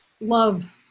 love